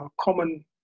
common